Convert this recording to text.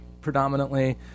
predominantly